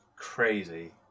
crazy